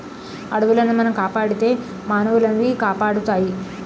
అడవులను మనం కాపాడితే మానవులనవి కాపాడుతాయి